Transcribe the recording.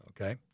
okay